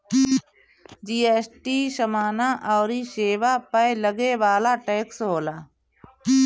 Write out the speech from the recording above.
GST समाना अउरी सेवा पअ लगे वाला टेक्स होला